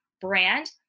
brand